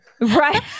Right